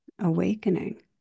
awakening